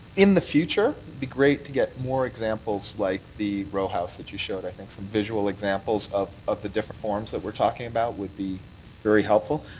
in the future, it'd be great to get more examples like the row house that you showed. i think, some visual examples of of the different forms that we're talking about would be very helpful.